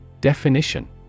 Definition